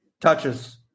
touches